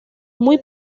muy